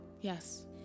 Yes